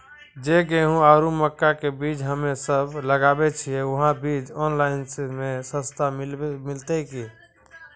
जे गेहूँ आरु मक्का के बीज हमे सब लगावे छिये वहा बीज ऑनलाइन मे सस्ता मिलते की?